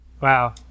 Wow